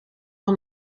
van